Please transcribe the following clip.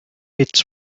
its